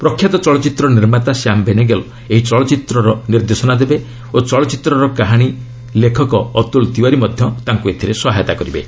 ପ୍ରଖ୍ୟାତ ଚଳଚ୍ଚିତ୍ର ନିର୍ମାତା ଶ୍ୟାମ୍ ବେନେଗଲ୍ ଏହି ଚଳଚ୍ଚିତ୍ରରେ ନିର୍ଦ୍ଦେଶନା ଦେବେ ଓ ଚଳଚ୍ଚିତ୍ରର କାହାଣୀ ଲେଖକ ଅତ୍କୁଲ ତିୱାରୀ ମଧ୍ୟ ତାଙ୍କୁ ଏଥିରେ ସହାୟତା କରିବେ